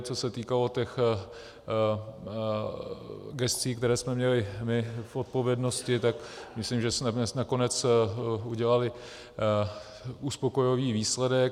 Co se týkalo těch gescí, které jsme měli my v odpovědnosti, tak myslím, že jsme dnes nakonec udělali uspokojivý výsledek.